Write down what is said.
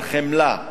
על חמלה,